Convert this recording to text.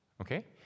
Okay